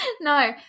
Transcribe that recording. No